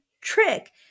trick